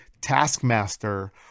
taskmaster